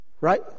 Right